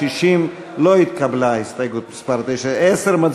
60. לא התקבלה הסתייגות מס' 9. 10,